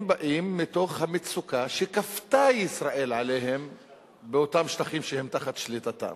הם באים מתוך המצוקה שכפתה ישראל עליהם באותם שטחים שהם תחת שליטתה,